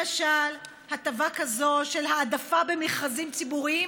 למשל הטבה כזו של העדפה במכרזים ציבוריים